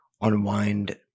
unwind